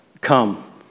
come